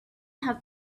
have